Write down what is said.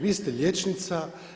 Vi ste liječnica.